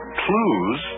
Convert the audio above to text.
clues